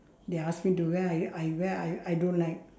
they ask me to wear I I wear I I don't like